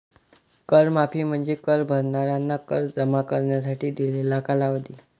कर माफी म्हणजे कर भरणाऱ्यांना कर जमा करण्यासाठी दिलेला कालावधी